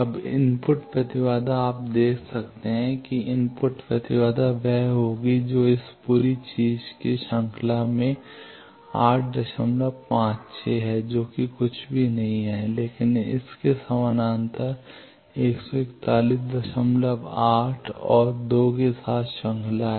अब इनपुट प्रतिबाधा आप देखते हैं कि इनपुट प्रतिबाधा वह होगी जो इस पूरी चीज़ श्रृंखला में 856 है जो कि कुछ भी नहीं है लेकिन इन के समानांतर 1418 और 2 के साथ श्रृंखला है